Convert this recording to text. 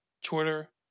Twitter